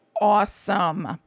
awesome